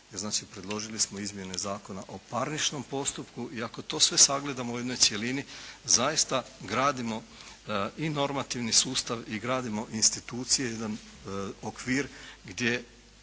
znači predložili smo izmjene Zakona o parničnom postupku i ako to sve sagledamo u jednoj cjelini, zaista gradimo i normativni sustav i gradimo institucije, jedan okvir gdje